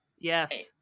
yes